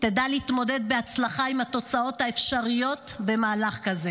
שתדע להתמודד בהצלחה עם התוצאות האפשריות במהלך כזה.